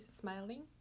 smiling